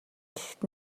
гэхэд